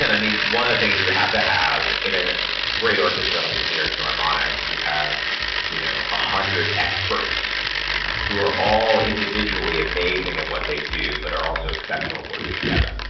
and i mean, one of the things you have to have in a great orchestra like the new york philharmonic, you have you know ah hundred experts who are all individually amazing at what they do but are also exceptional at working together.